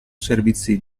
servizi